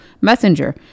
messenger